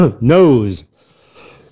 Nose